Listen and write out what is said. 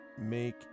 Make